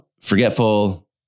forgetful